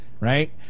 right